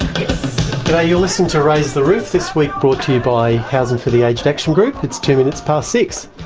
you're listening to raise the roof, this week brought to you by housing for the aged action group. it's two minutes past six.